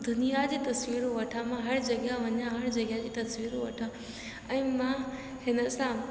दुनिया जी तस्वीरूं वठां मां हर जॻहि वञा हर जॻहि जी तस्वीरूं वठां ऐं मां हिन सां